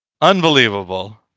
Unbelievable